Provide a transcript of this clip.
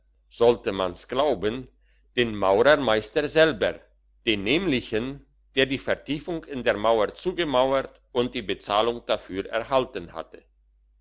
sollte man's glauben den maurermeister selber den nämlichen der die vertiefung in der mauer zugemauert und die bezahlung dafür erhalten hatte